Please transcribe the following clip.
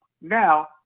now